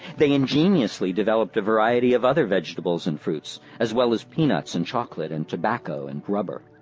they ingeniously developed a variety of other vegetables and fruits, as well as peanuts and chocolate and tobacco and rubber.